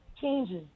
changes